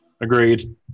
Agreed